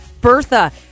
Bertha